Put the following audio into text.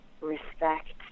respect